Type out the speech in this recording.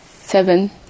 seven